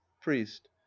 Priest